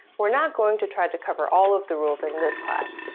we're not going to try to cover all of the rules in this class.